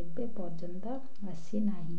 ଏବେ ପର୍ଯ୍ୟନ୍ତ ଆସିନାହିଁ